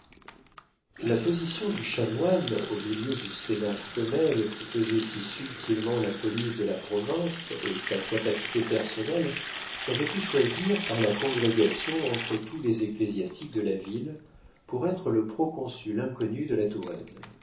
la position du chanoine au milieu du sénat femelle qui faisait si subtilement la police de la province et sa capacité personnelle l'avaient fait choisir par la congrégation entre tous les ecclésiastiques de la ville pour être le proconsul inconnu de la touraine